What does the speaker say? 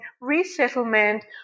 resettlement